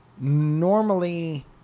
normally